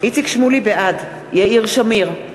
בעד יאיר שמיר,